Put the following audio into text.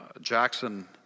Jackson